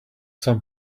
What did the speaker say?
some